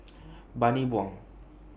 Bani Buang